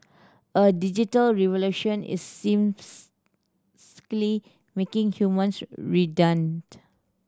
a digital revolution is making humans